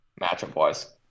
matchup-wise